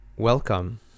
Welcome